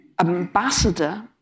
ambassador